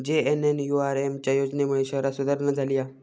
JNNURM च्या योजनेमुळे शहरांत सुधारणा झाली हा